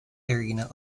arena